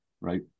right